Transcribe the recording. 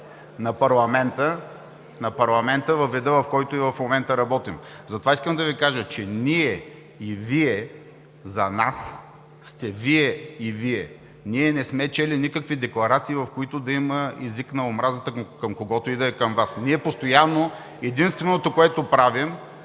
на парламента във вида, в който и в момента работим. Затова искам да Ви кажа, че „ние“ и „Вие“ за нас сте „Вие“ и „Вие“. Ние не сме чели никакви декларации, в които да има език на омразата към никой от Вас. Единственото, което правим,